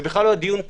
זה בכלל לא הדיון פה.